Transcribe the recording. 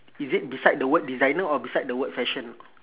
is it beside the word designer or beside the word fashion